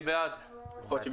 נמנע?